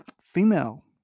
female